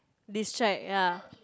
distract ya